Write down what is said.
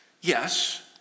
Yes